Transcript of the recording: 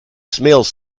smells